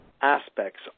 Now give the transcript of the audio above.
aspects